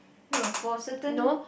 no for certain